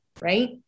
Right